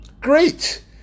Great